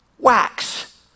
Wax